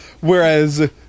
Whereas